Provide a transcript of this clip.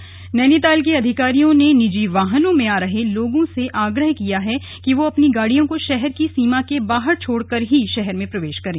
भीड़ नैनीताल के अधिकारियों ने निजी वाहनों में आ रहे लोगों से आग्रह किया है कि वे अपनी गाड़ियों को शहर की सीमा के बाहर छोड़कर हीं शहर में प्रवेश करें